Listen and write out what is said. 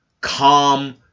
calm